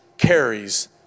carries